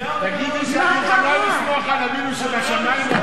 אבינו שבשמים.